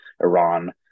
Iran